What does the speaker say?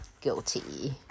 guilty